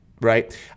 right